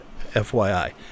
FYI